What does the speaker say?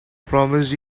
promised